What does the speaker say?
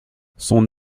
son